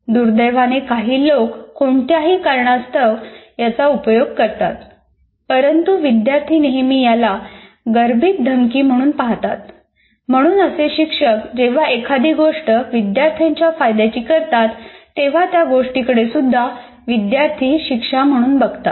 दुर्दैवाने काही लोक कोणत्याही कारणास्तव याचा उपयोग करतात परंतु विद्यार्थी नेहमी याला गर्भित धमकी म्हणून पाहतात म्हणून असे शिक्षक जेव्हा एखादी गोष्ट विद्यार्थ्यांच्या फायद्याची करतात तेव्हा त्या गोष्टीकडे सुद्धा विद्यार्थी शिक्षा म्हणून बघतात